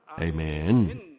Amen